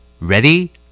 Ready